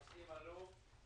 --- הנושאים עלו,